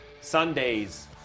Sundays